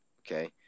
okay